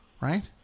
Right